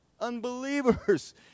Unbelievers